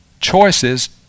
choices